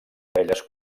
orelles